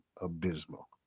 abysmal